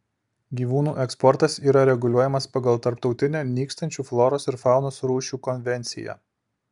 gyvūnų eksportas yra reguliuojamas pagal tarptautinę nykstančių floros ir faunos rūšių konvenciją